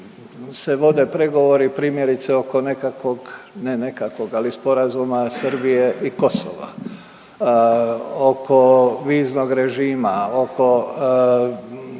se vode pregovori primjerice oko nekakvog, ne nekakvog ali sporazuma Srbije i Kosova oko viznog režima, oko